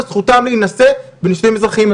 וזכותם להינשא בנישואים אזרחיים.